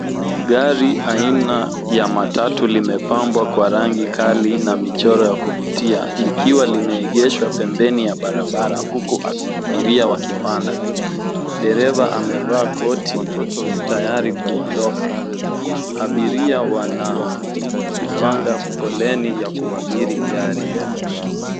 Gari aina ya matatu limepambwa kwa rangi kali na michoro ya kuvutia likiwa limeegeshwa pembeni ya barabara huku abiria wakipanda. Dereva amevaa koti tayari kuondoka. Abiria wanapanga foleni ya kuabiri gari.